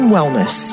Wellness